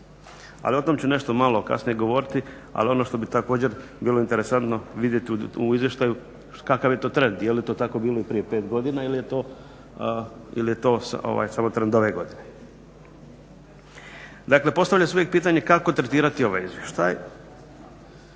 Ali o tom ću nešto malo kasnije govoriti. Ali ono što bih također bilo interesantno vidjeti u izvještaju kakav je to trend, je li to tako bilo i prije 5 godina ili je to samo trend ove godine. Dakle, postavlja se uvijek pitanje kako tretirati ovaj izvještaj.